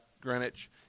Greenwich